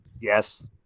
yes